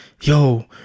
Yo